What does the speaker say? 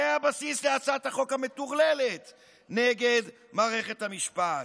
זה הבסיס להצעת החוק המטורללת נגד מערכת המשפט.